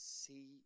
see